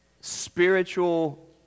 spiritual